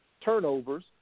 turnovers